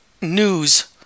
news